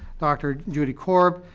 dr. judy korb,